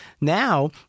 Now